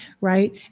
Right